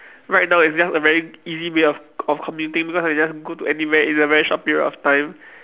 right now it's just a very easy way of of commuting because I just go to anywhere in a very short period of time